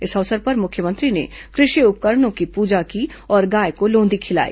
इस अवसर पर मुख्यमंत्री ने कृषि उपकरणों की पूजा की और गाय को लोंदी खिलाई